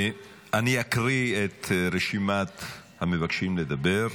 אני אקריא את רשימת המבקשים לדבר: